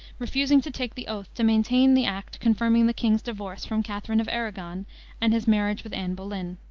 refusing to take the oath to maintain the act confirming the king's divorce from catherine of arragon and his marriage with anne boleyn.